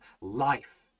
life